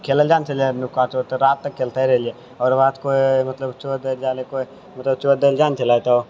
खेलै लए जाइल ने छलियै नुका चोर तऽ राति तक खेलते रहलियै ओकर बाद कोइ मतलब कुछो देल जाइले कोइ कुछो देल जाइल छलै ने तऽ